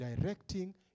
directing